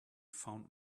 found